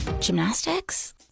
gymnastics